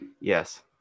Yes